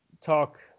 talk